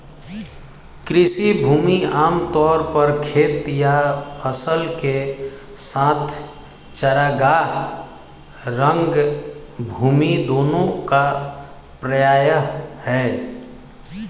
कृषि भूमि आम तौर पर खेत या फसल के साथ चरागाह, रंगभूमि दोनों का पर्याय है